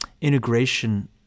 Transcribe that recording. integration